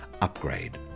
Upgrade